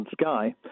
sky